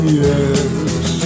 yes